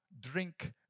drink